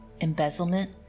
embezzlement